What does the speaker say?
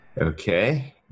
okay